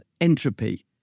entropy